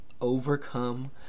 overcome